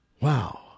Wow